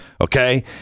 Okay